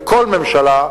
וכל ממשלה,